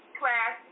class